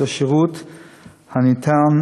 תודה,